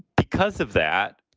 because of that,